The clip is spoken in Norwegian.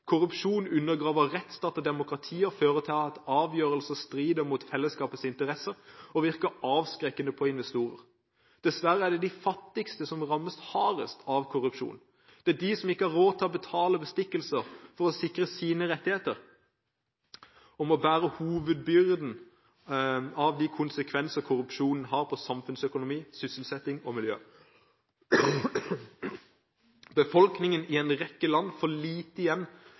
Korrupsjon undergraver rettsstat og demokrati, fører til at avgjørelser strider mot fellesskapets interesser, og virker avskrekkende på investorer. Dessverre er det de fattigste som rammes hardest av korrupsjon. Det er de som ikke har råd til å betale bestikkelser for å sikre sine rettigheter, og som må bære hovedbyrden av de konsekvenser korrupsjon har på samfunnsøkonomi, sysselsetting og miljø. Befolkningen i en rekke land får lite igjen